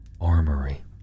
Armory